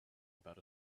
about